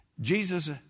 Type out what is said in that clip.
Jesus